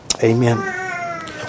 Amen